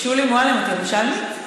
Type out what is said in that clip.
שולי מועלם, את ירושלמית?